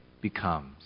becomes